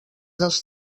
dels